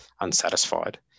unsatisfied